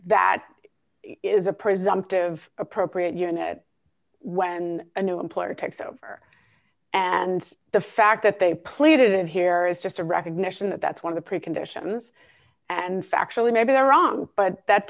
it is a presumptive appropriate unit when a new employer takes over and the fact that they played it here is just a recognition that that's one of the preconditions and factually maybe they're wrong but that